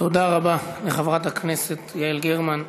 תודה רבה לחברת הכנסת יעל גרמן.